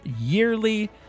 yearly